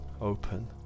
open